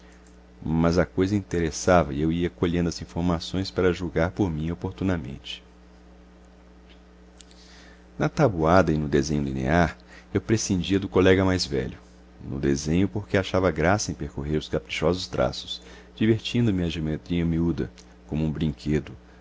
mas a coisa interessava e eu ia colhendo as informações para julgar por mim oportunamente na tabuada e no desenho linear eu prescindia do colega mais velho no desenho porque achava graça em percorrer os caprichosos traços divertindo me a geometria miúda como um brinquedo